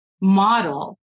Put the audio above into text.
model